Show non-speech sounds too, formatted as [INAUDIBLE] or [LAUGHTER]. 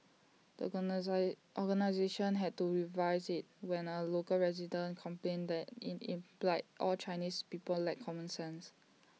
the [UNINTELLIGIBLE] organisation had to revise IT when A local resident complained that in implied all Chinese people lacked common sense